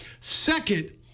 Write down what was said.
Second